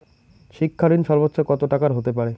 শিক্ষা ঋণ সর্বোচ্চ কত টাকার হতে পারে?